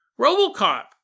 RoboCop